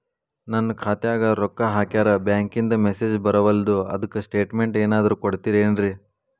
ನನ್ ಖಾತ್ಯಾಗ ರೊಕ್ಕಾ ಹಾಕ್ಯಾರ ಬ್ಯಾಂಕಿಂದ ಮೆಸೇಜ್ ಬರವಲ್ದು ಅದ್ಕ ಸ್ಟೇಟ್ಮೆಂಟ್ ಏನಾದ್ರು ಕೊಡ್ತೇರೆನ್ರಿ?